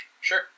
Sure